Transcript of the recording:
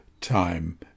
time